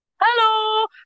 Hello